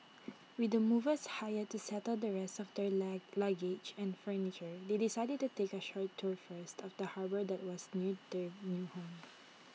with the movers hired to settle the rest of their lie luggage and furniture they decided to take A short tour first of the harbour that was near their new home